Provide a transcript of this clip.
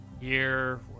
year